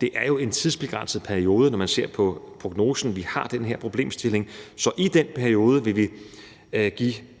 Det er jo en tidsbegrænset periode, når man ser på prognosen, at vi har den her problemstilling, så i den periode vil vi i